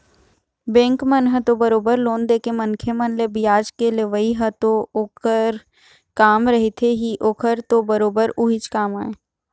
bank मन ह तो बरोबर लोन देके मनखे मन ले बियाज के लेवई ह तो ओखर काम रहिथे ही ओखर तो बरोबर उहीच काम आय